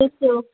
miss you